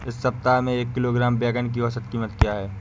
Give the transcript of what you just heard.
इस सप्ताह में एक किलोग्राम बैंगन की औसत क़ीमत क्या है?